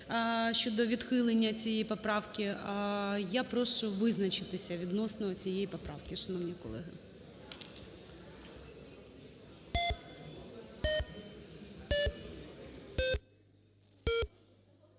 щодо відхилення цієї поправки. Я прошу визначитися відносно цієї поправки, шановні колеги.